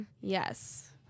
Yes